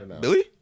Billy